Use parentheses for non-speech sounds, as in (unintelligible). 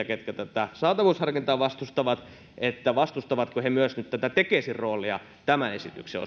(unintelligible) ketkä tätä saatavuusharkintaa vastustavat vastustavatko he myös nyt tätä tekesin roolia tämän esityksen (unintelligible)